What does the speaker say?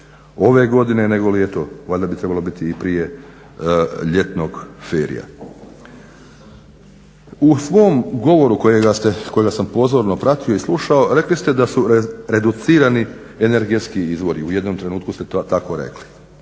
ove godine negoli eto valjda bi trebalo biti i prije ljetnog ferija. U svom govoru kojega sam pozorno pratio i slušao rekli ste da su reducirani energetski izvori, u jednom trenutku ste tako rekli.